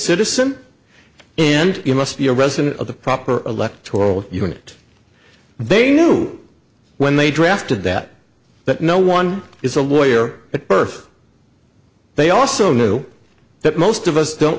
citizen and you must be a resident of the proper electoral unit they knew when they drafted that that no one is a lawyer but birth they also know that most of us don't